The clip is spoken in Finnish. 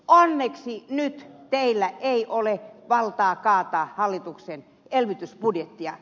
onneksi nyt teillä ei ole valtaa kaataa hallituksen elvytysbudjettia